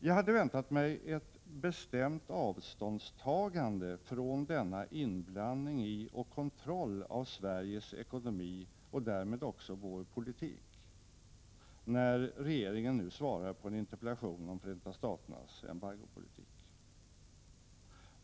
Jag hade väntat mig ett bestämt avståndstagande från denna inblandning i och kontroll av Sveriges ekonomi och därmed också av vår politik när regeringen nu svarar på en interpellation om Förenta Staternas embargopolitik.